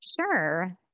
Sure